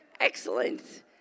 Excellent